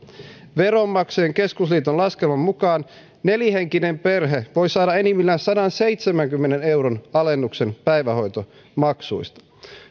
veronmaksajain keskusliiton laskelman mukaan nelihenkinen perhe voi saada enimmillään sadanseitsemänkymmenen euron alennuksen päivähoitomaksuista